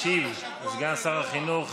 ישיב סגן שר החינוך